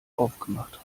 aufgemacht